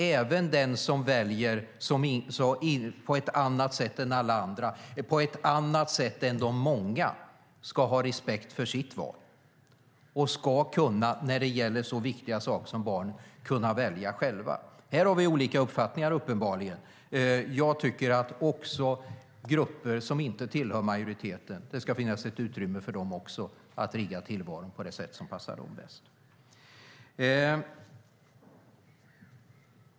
Även den som väljer på ett annat sätt än alla andra, än de många, ska få respekt för sitt val och ska, när det gäller så viktiga saker som barn, kunna välja själv. Här har vi uppenbarligen olika uppfattningar. Jag tycker att det ska finnas utrymme även för grupper som inte tillhör majoriteten att ordna tillvaron på det sätt som passar dem bäst.